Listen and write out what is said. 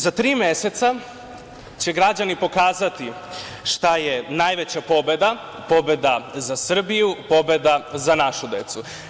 Za tri meseca će građani pokazati šta je najveća pobeda, pobeda za Srbiju, pobeda "Za našu decu"